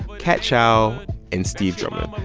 kat chow and steve drummond.